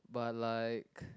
but like